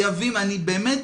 אני באמת